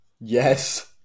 Yes